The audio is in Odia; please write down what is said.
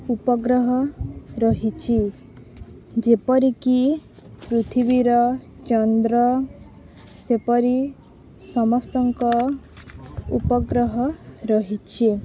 ଉପଗ୍ରହ ରହିଛି ଯେପରିକି ପୃଥିବୀର ଚନ୍ଦ୍ର ସେପରି ସମସ୍ତଙ୍କ ଉପଗ୍ରହ ରହିଛି